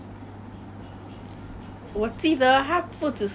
so there was one time he shouted class